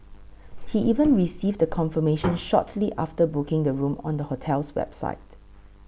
he even received a confirmation shortly after booking the room on the hotel's website